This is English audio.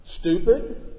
stupid